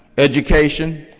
education,